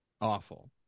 awful